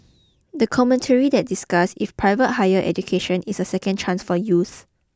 the commentary that discussed if private higher education is a second chance for youths